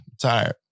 tired